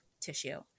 tissue